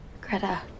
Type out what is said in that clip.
Greta